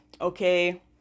okay